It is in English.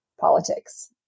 politics